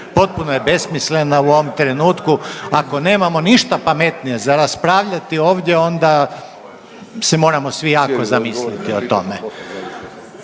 potpuno je besmislena u ovom trenutku. Ako nemamo ništa pametnije za raspravljati ovdje onda se moramo svi jako zamisliti o tome.